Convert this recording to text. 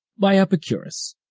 by epicurus,